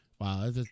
wow